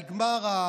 נגמר,